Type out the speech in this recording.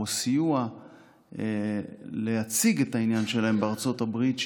או סיוע להציג את העניין שלהם בארצות הברית,